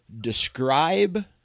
describe